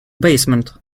basement